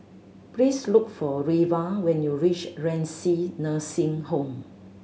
please look for Reva when you reach Renci Nursing Home